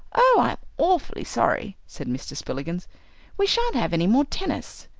oh, i'm awfully sorry, said mr. spillikins we shan't have any more tennis.